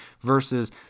versus